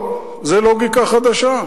טוב, זה לוגיקה חדשה.